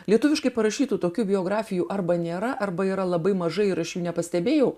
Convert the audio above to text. lietuviškai parašytų tokių biografijų arba nėra arba yra labai mažai ir aš nepastebėjau